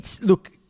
Look